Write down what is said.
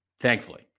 thankfully